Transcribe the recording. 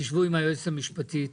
תשבו עם היועצת המשפטית